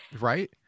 Right